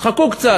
תחכו קצת.